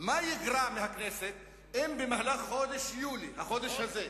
מה ייגרע מהכנסת אם במהלך חודש יולי, החודש הזה,